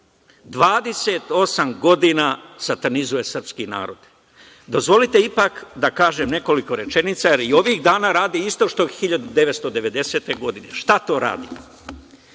28 godina satanizuje srpski narod. Dozvolite ipak da kažem nekoliko rečenica, jer i ovih dana radi isto što i 1990. godine. Šta to radi?